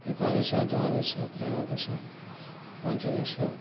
एकादश द्वादश त्रयोदश पञ्चदश